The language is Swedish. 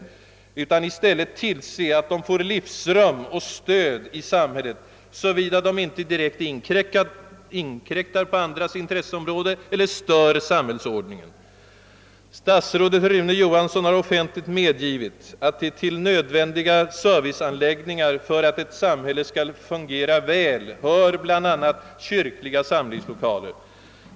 Samhället bör i stället tillse att de får livsrum och stöd, såvida de inte direkt inkräktar på andras intresseområden eller stör samhällsordningen. Statsrådet Rune Johansson har offentligt medgivit att till nödvändiga serviceanläggningar, för att ett samhälle skall fungera väl, hör bl a. kyrkliga samlingslokaler.